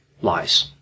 lies